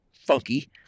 funky